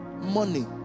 Money